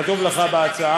כתוב לך בהצעה.